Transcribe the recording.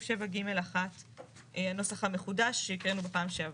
7 (ג') 1. הנוסח המחודש שהקראנו בפעם שעברה.